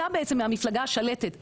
אתה בעצם מהמפלגה השלטת,